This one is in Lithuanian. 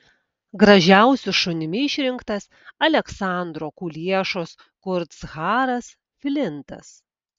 gražiausiu šunimi išrinktas aleksandro kuliešos kurtsharas flintas